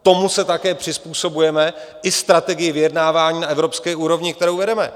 Tomu se také přizpůsobujeme, i strategii vyjednávání na evropské úrovni, kterou vedeme.